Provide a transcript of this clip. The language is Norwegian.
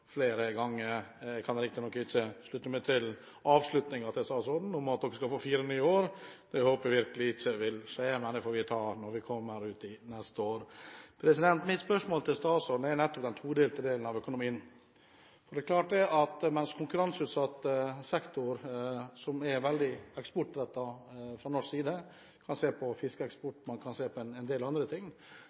flere ganger. Jeg kan riktig nok ikke slutte meg til statsrådens avslutning om at de skal få fire nye år. Det håper jeg virkelig ikke vil skje. Men det får vi ta når vi kommer ut i neste år. Mitt spørsmål til statsråden er nettopp om den todelte økonomien. Det er klart at konkurranseutsatt sektor, som er veldig eksportrettet fra norsk side – man kan se på fiskeeksport og en del andre ting